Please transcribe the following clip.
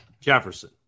Jefferson